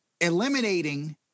eliminating